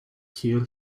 kiel